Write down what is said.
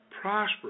Prosper